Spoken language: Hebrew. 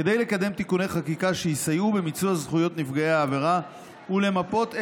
כדי לקדם תיקוני חקיקה שיסייעו במיצוי זכויות נפגעי העבירה ולמפות את